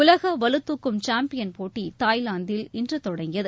உலக பளுதூக்கும் சாம்பியன் போட்டி தாய்லாந்தில் இன்று தொடங்கியது